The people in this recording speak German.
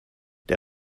der